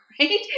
right